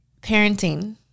parenting